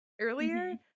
earlier